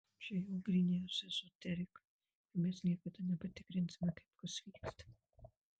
čia jau gryniausia ezoterika ir mes niekada nepatikrinsime kaip kas vyksta